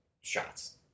shots